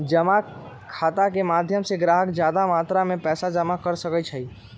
जमा खाता के माध्यम से ग्राहक ज्यादा मात्रा में पैसा जमा कर सका हई